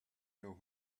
know